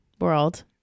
world